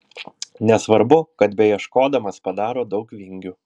nesvarbu kad beieškodamas padaro daug vingių